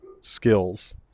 skills